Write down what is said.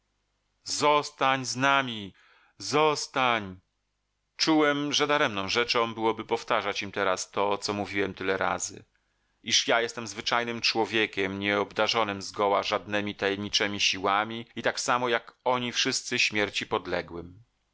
zostań z nami zostań czułem że daremną rzeczą byłoby powtarzać im teraz to co mówiłem tyle razy iż ja jestem zwyczajnym człowiekiem nie obdarzonym zgoła żadnemi tajemniczemi siłami i tak samo jak oni wszyscy śmierci podległym